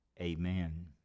amen